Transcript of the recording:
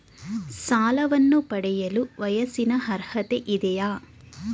ಸಾಲವನ್ನು ಪಡೆಯಲು ವಯಸ್ಸಿನ ಅರ್ಹತೆ ಇದೆಯಾ?